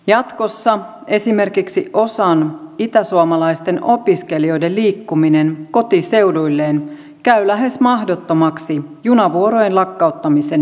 jatkossa esimerkiksi osan itäsuomalaisista opiskelijoista liikkuminen kotiseuduilleen käy lähes mahdottomaksi junavuorojen lakkauttamisen jälkeen